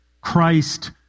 Christ